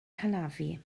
hanafu